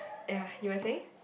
ya you were saying